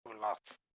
Lots